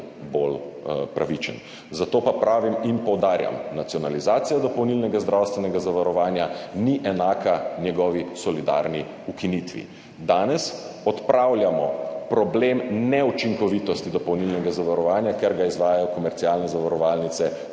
bolj pravičen. Zato pa pravim in poudarjam, nacionalizacija dopolnilnega zdravstvenega zavarovanja ni enaka njegovi solidarni ukinitvi. Danes odpravljamo problem neučinkovitosti dopolnilnega zavarovanja, ker ga izvajajo komercialne zavarovalnice za